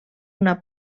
una